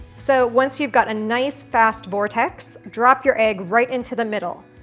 so once you've got a nice fast vortex drop your egg right into the middle,